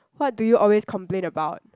what do you always complain about